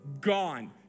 Gone